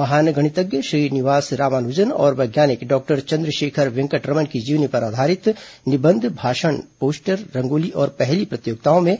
महान गणितज्ञ श्रीनिवास रामानुजन और वैज्ञानिक डॉक्टर चंद्रशेखर वेंकटरमन की जीवनी पर आधारित निबंध भाषण पोस्टर रंगोली और पहॅली प्रतियोगिताओं में